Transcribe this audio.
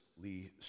Lee